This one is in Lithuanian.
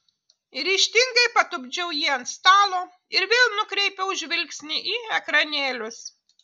ryžtingai patupdžiau jį ant stalo ir vėl nukreipiau žvilgsnį į ekranėlius